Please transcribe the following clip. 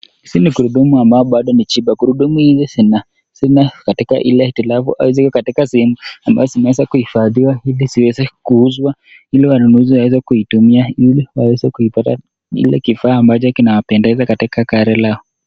Hizi ni gurudumu ambazo bado ni chiba. Gurudumu hizi ziko katika ile, ziko katika sehemu ambazo zimeweza kuhifadhiwa ili ziweze kuuzwa, ili wanunuzi waweze kuzitumia ili waweze kupata kile kifaa ambacho kinawapendeza katika gari lao.